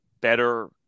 better